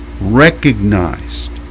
recognized